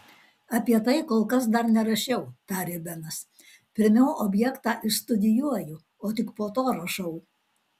apie tai kol kas dar nerašiau tarė benas pirmiau objektą išstudijuoju o tik po to rašau